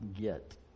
get